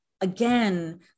again